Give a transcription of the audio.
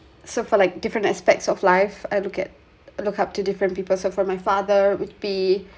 so for like different aspects of life I look at look up to different people so for my father would be